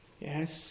Yes